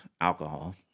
alcohol